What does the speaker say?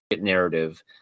narrative